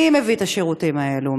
מי מביא את השירותים האלו?